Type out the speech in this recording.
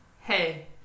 Hey